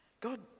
God